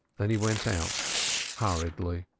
then he went out hurriedly.